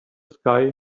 sky